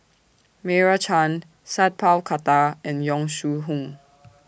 Meira Chand Sat Pal Khattar and Yong Shu Hoong